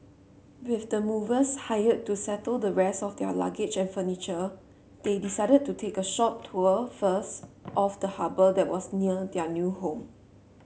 with the movers hired to settle the rest of their luggage and furniture they decided to take a short tour first of the harbour that was near their new home